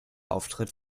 auftritt